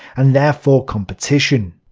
and therefore competition,